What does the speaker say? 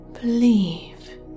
believe